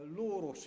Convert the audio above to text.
l'oro